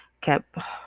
kept